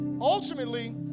ultimately